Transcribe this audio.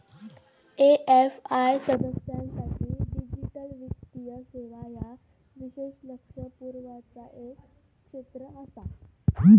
AFI सदस्यांसाठी digital वित्तीय सेवा ह्या विशेष लक्ष पुरवचा एक क्षेत्र आसा